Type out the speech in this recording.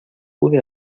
pude